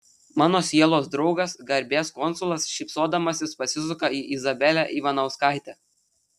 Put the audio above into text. mano sielos draugas garbės konsulas šypsodamasis pasisuka į izabelę ivanauskaitę